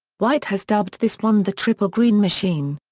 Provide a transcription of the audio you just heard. white has dubbed this one the triple green machine.